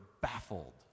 baffled